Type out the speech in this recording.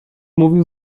mówił